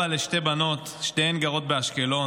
הוא אבא לשתי בנות, שתיהן גרות באשקלון.